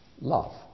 love